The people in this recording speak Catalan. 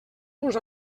uns